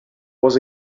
was